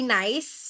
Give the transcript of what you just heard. nice